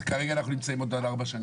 אז כרגע אנחנו נמצאים עוד על ארבע שנים.